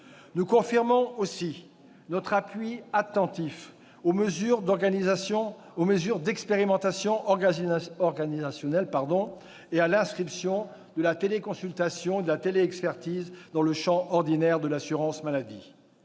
Nous confirmons aussi notre appui attentif aux mesures d'expérimentations organisationnelles et à l'inscription de la téléconsultation et de la télé-expertise dans le champ ordinaire de l'assurance maladie.